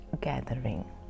gathering